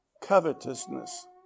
covetousness